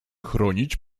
chronić